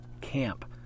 camp